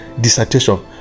dissertation